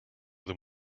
them